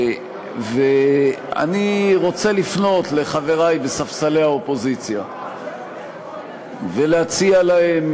ואני רוצה לפנות לחברי בספסלי האופוזיציה ולהציע להם